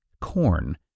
corn